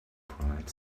bright